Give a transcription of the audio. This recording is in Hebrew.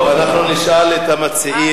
טוב, אנחנו נשאל את המציעים.